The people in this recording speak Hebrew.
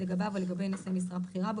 לגביו או לגבי נושא משרה בכירה בו,